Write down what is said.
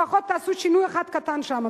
לפחות תעשו שינוי אחד קטן שם.